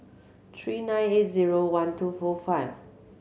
three nine eight zero one two four five